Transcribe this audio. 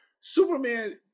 Superman